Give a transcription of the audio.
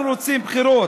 אנחנו רוצים בחירות,